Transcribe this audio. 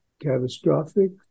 catastrophic